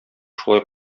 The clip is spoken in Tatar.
шулай